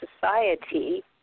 society